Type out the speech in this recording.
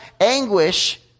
anguish